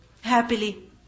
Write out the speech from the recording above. Happily